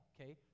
okay